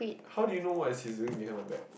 how do you know what is his doing behind my back